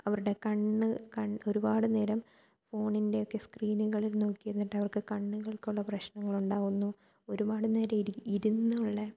അവരുടെ കണ്ണ് ഒരുപാട് നേരം ഫോണിൻ്റെക്കെ സ്ക്രീനുകളിൽ നോക്കി ഇരുന്നിട്ട് അവർക്ക് കണ്ണുകൾക്കുള്ള പ്രശ്നങ്ങളുണ്ടാവുന്നു ഒരുപാട് നേരം ഇരുന്ന് ഇരുന്നുള്ള